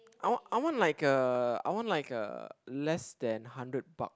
I want I want like a I want like a less than hundred buck